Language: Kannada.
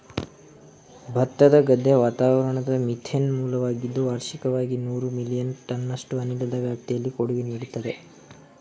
ಭತ್ತದ ಗದ್ದೆ ವಾತಾವರಣದ ಮೀಥೇನ್ನ ಮೂಲವಾಗಿದ್ದು ವಾರ್ಷಿಕವಾಗಿ ನೂರು ಮಿಲಿಯನ್ ಟನ್ನಷ್ಟು ಅನಿಲದ ವ್ಯಾಪ್ತಿಲಿ ಕೊಡುಗೆ ನೀಡ್ತದೆ